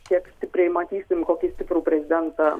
kiek stipriai matysim kokį stiprų prezidentą